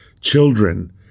children